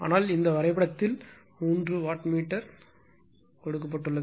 ஆனால் இந்த வரைபடத்தில் த்ரீ வாட் மீட்டர் காட்டப்பட்டுள்ளது